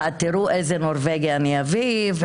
ותראו איזה נורבגי אני אביא.